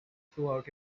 throughout